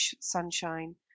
sunshine